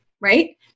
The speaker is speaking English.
right